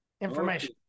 information